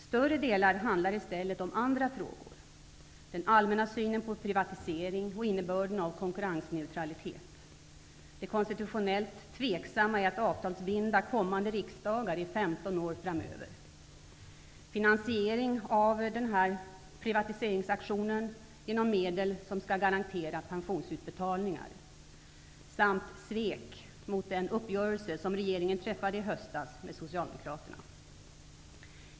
Större delar handlar i stället om andra frågor: Det gäller den allmänna synen på privatisering och innebörden av konkurrensneutralitet, det konstitutionellt tveksamma i att avtalsbinda kommande riksdagar i 15 år framöver, finansiering av denna privatiseringsaktion genom medel som skall garantera pensionsutbetalningar samt svek mot den uppgörelse som regeringen träffade i höstas med socialdemokraterna.